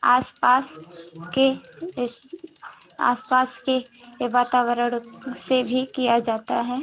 आस पास के आस पास के ये वातावरण से भी किया जाता है